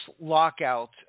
lockout